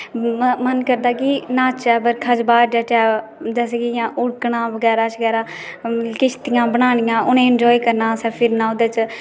मन करदा कि नाचे बरखा च बाहर जाचे जेसे कि इयां उडकना बगैरा नाच बगैरा किशतियां बनानियां उन्हेगी इनॅजाए करना